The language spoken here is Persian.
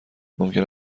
ممکن